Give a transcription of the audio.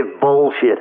bullshit